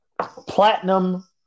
Platinum